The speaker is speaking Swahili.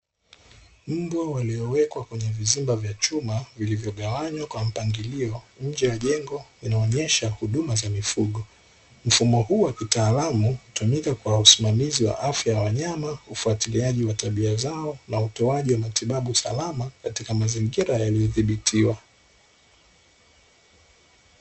Mbwa waliowekwa kwenye vizimba vya chuma vilivyogawanywa kwa mpangilio nje ya jengo linaloonyesha huduma za mifugo, mfumo huu wa kitaalamu hutumika kwa usimamizi wa afya za wanyama, ufuatiliaji wa tabia zao na utoaji wa matibabu salama katika mazingira yaliyo dhibitiwa.